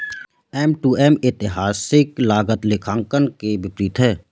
M to M ऐतिहासिक लागत लेखांकन के विपरीत है